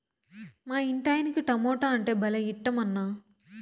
మా ఇంటాయనకి టమోటా అంటే భలే ఇట్టమన్నా